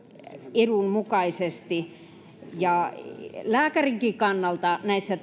edun mukaisesti lääkärinkin kannalta näissä